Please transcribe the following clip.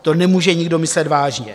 To nemůže nikdo myslet vážně.